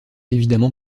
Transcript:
évidemment